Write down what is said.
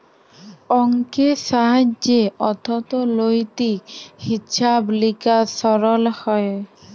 অংকের সাহায্যে অথ্থলৈতিক হিছাব লিকাস সরল হ্যয়